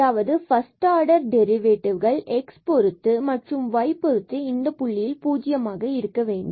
அதாவது first order partial டெரிவேடிவ்கள்x பொருத்து மற்றும் y பொருத்து இந்தப் புள்ளியில் 0 இருக்க வேண்டும்